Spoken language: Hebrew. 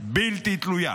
בלתי תלויה.